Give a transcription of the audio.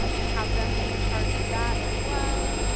um and have them be in charge of that as well.